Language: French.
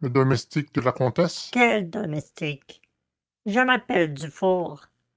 le domestique de la comtesse quel domestique je m'appelle dufour